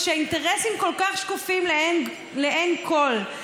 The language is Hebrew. כשהאינטרסים כל כך שקופים לעין כול,